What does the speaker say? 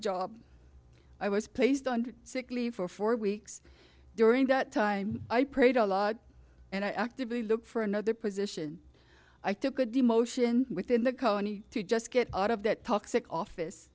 job i was placed on sick leave for four weeks during the time i prayed a lot and i actively look for another position i took a demotion within the co and to just get out of that toxic office